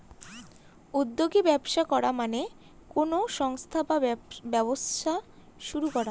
উদ্যোগী ব্যবস্থা করা মানে কোনো সংস্থা বা ব্যবসা শুরু করা